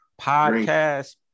podcast